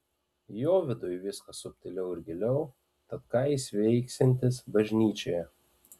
jo viduj viskas subtiliau ir giliau tad ką jis veiksiantis bažnyčioje